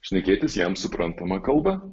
šnekėtis jam suprantama kalba